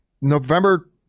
November